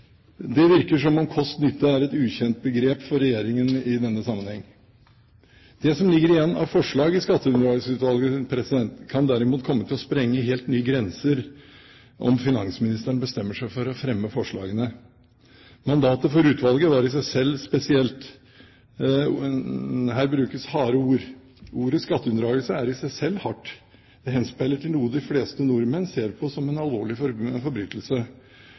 Det virker som om kost–nytte er et ukjent begrep for regjeringen i denne sammenheng. Det som ligger igjen av forslag i Skatteunndragelsesutvalget, kan derimot komme til å sprenge helt nye grenser om finansministeren bestemmer seg for å fremme forslagene. Mandatet for utvalget var i seg selv spesielt. Her brukes harde ord. Ordet «skatteunndragelse» er i seg selv hardt. Det henspiller på noe de fleste nordmenn ser på som en alvorlig forbrytelse.